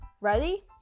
Ready